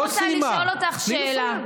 היא לא סיימה.